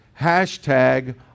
hashtag